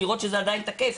לראות שזה עדיין תקף,